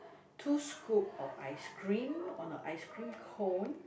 two scope of ice cream oh not ice cream cone